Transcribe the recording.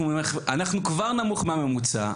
אנחנו כבר נמוך מהממוצע.